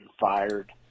fired